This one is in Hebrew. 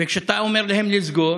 וכשאתה אומר להם לסגור,